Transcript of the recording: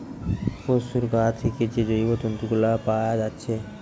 পোশুর গা থিকে যে জৈব তন্তু গুলা পাআ যাচ্ছে